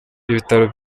ibitaro